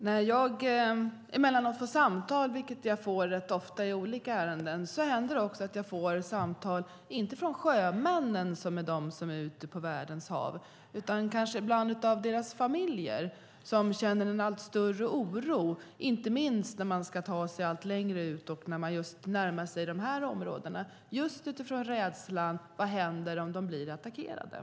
Herr talman! När jag emellanåt får samtal, vilket jag får rätt ofta i olika ärenden, händer det också att jag får samtal inte från sjömännen, som är de som är ute på världens hav, utan ibland från deras familjer. De känner en allt större oro inte minst när sjömännen tar sig allt längre ut och närmar sig dessa områden. Det gör de just utifrån rädslan: Vad händer om de blir attackerade?